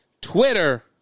Twitter